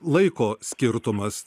laiko skirtumas